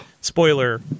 spoiler